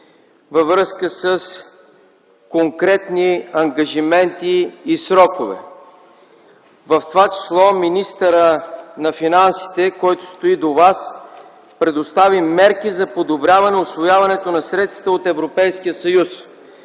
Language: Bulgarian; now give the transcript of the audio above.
във връзка с конкретни ангажименти и срокове. В това число министърът на финансите, който стои до Вас, предостави мерки за подобряване усвояването на средствата от Европейския съюз.